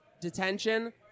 detention